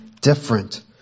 different